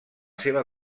seva